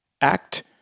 act